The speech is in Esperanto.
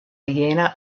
jena